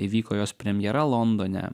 įvyko jos premjera londone